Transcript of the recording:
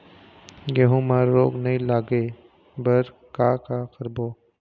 गेहूं म रोग नई लागे बर का का करबो?